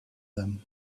them